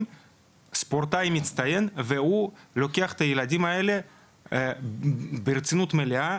ספורטאי מצטיין והוא לוקח את הילדים האלו ברצינות מלאה,